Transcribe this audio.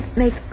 make